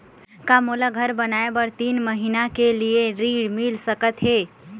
का मोला घर बनाए बर तीन महीना के लिए ऋण मिल सकत हे?